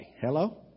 Hello